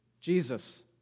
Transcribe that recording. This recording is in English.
Jesus